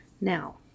Now